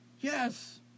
Yes